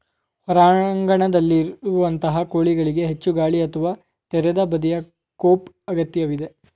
ಹೊರಾಂಗಣದಲ್ಲಿರುವಂತಹ ಕೋಳಿಗಳಿಗೆ ಹೆಚ್ಚು ಗಾಳಿ ಅಥವಾ ತೆರೆದ ಬದಿಯ ಕೋಪ್ ಅಗತ್ಯವಿದೆ